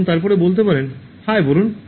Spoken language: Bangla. এবং তারপরে বলতে পারেন "হাই বরুণ